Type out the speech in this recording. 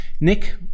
Nick